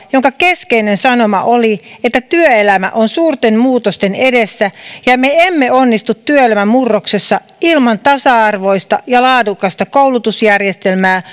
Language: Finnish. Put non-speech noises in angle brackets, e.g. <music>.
jonka keskeinen sanoma oli että työelämä on suurten muutosten edessä ja me emme onnistu työelämän murroksessa ilman tasa arvoista ja laadukasta koulutusjärjestelmää <unintelligible>